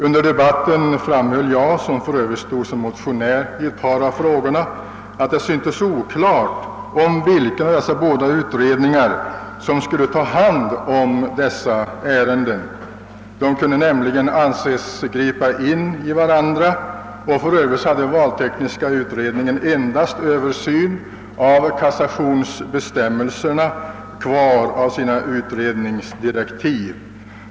Under debatten framhöll jag — jag stod också som motionär i ett par av frågorna — att det syntes oklart vilken av de båda utredningarna som skulle ta hand om dessa ärenden; de kunde nämligen anses gripa in i varandra. Valtekniska utredningen hade för övrigt endast översynen av kassationsbestämmelserna kvar av sina ut redningsdirektiv.